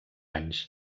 anys